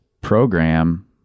program